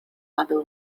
other